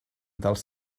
dels